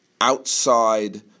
outside